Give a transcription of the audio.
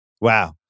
Wow